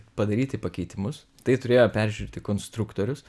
padaryti pakeitimus tai turėjo peržiūrėti konstruktorius